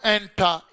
enter